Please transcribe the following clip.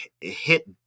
hit